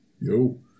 Yo